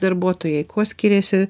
darbuotojai kuo skiriasi